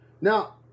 Now